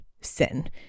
sin